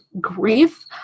grief